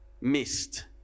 missed